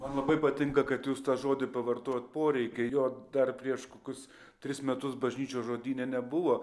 man labai patinka kad jūs tą žodį pavartojot poreikiai jo dar prieš kokius tris metus bažnyčios žodyne nebuvo